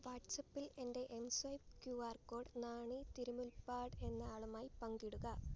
വാട്ട്സാപ്പിൽ എൻ്റെ mSwipe Q R code Nani Thirumulpad എന്ന ആളുമായി പങ്കിടുക